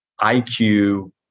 IQ